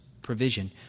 Provision